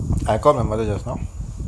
I called my mother just now